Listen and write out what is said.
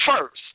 first